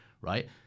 right